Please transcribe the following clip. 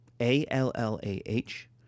A-L-L-A-H